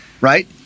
Right